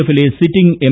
എഫിലെ sitting M